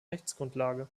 rechtsgrundlage